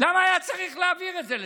למה היה צריך להעביר את זה לשם?